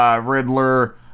Riddler